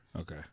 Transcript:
Okay